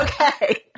okay